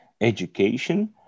education